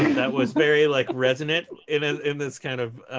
that was very like resonant in and in this kind of